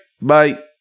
Bye